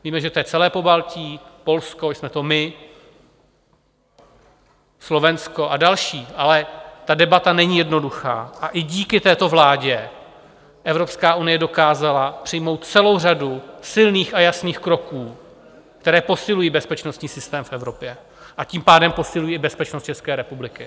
Víme, že to je celé Pobaltí, Polsko, jsme to my, Slovensko a další, ale ta debata není jednoduchá a i díky této vládě Evropská unie dokázala přijmout celou řadu silných a jasných kroků, které posilují bezpečnostní systém v Evropě, a tím pádem posilují bezpečnost České republiky.